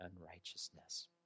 unrighteousness